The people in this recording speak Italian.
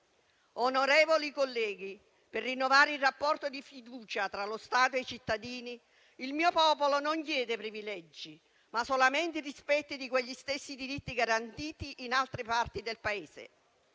Onorevoli colleghi, per rinnovare il rapporto di fiducia tra lo Stato e i cittadini, il mio popolo non chiede privilegi, ma solamente il rispetto di quegli stessi diritti garantiti in altre parti del Paese.